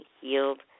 healed